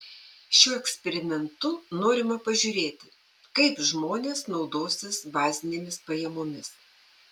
šiuo eksperimentu norima pažiūrėti kaip žmonės naudosis bazinėmis pajamomis